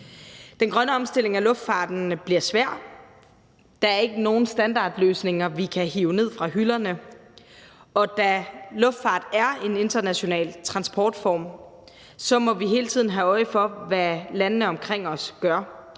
Den grønne omstilling af luftfarten bliver svær. Der er ikke nogen standardløsninger, vi kan hive ned fra hylderne. Og da luftfart er en international transportform, må vi hele tiden have øje for, hvad landene omkring os gør.